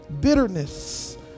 Bitterness